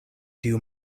tiu